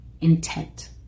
intent